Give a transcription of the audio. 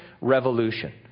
revolution